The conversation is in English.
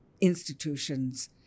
institutions